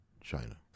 China